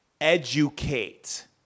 Educate